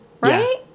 right